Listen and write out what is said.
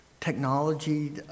technology